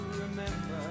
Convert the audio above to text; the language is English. remember